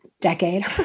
decade